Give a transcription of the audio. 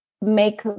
make